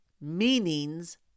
meanings